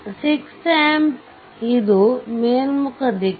6 amps ಇದು ಮೇಲ್ಮುಖ ದಿಕ್ಕು